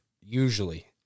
usually